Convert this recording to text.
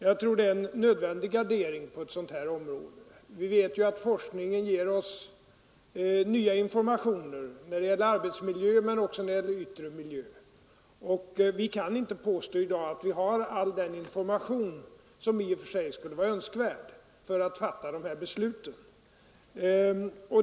Jag tror det är en nödvändig gardering på ett område som det här. Vi vet ju att forskningen ger oss nya informationer när det gäller arbetsmiljö men också beträffande yttre miljö, och vi kan inte påstå att vi i dag har all den information som i och för sig skulle vara önskvärd för att fatta de här besluten.